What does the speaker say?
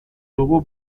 dugu